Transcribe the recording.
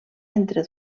entre